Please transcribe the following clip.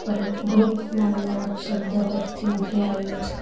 પર ગોપ નામના શબ્દ પરથી ઉતરી આવ્યો છે